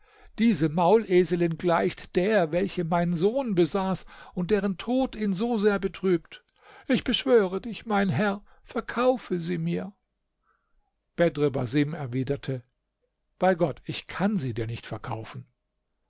diese mauleselin gleicht der welche mein sohn besaß und deren tod ihn so sehr betrübt ich beschwöre dich mein herr verkaufe sie mir bedr basim erwiderte bei gott ich kann sie dir nicht verkaufen